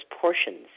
portions